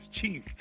Chief